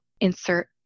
insert